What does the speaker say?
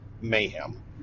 Mayhem